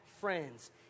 friends